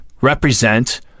represent